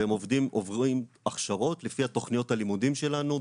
הם עוברים הכשרות לפי תוכניות הלימודים שלנו,